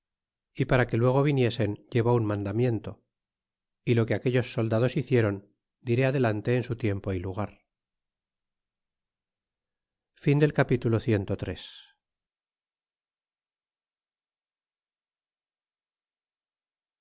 y para que luego viniesen llevó un mandamiento y lo que aquellos soldados hicieron diré adelante en su tiempo y lugar capitulo